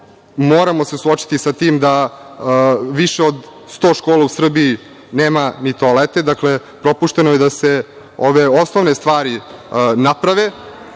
moramo se suočiti sa tim da više od 100 škola u Srbiji nema ni toalete, dakle, propušteno je da se ove osnovne stvari naprave. Takođe,